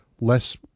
less